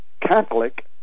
Catholic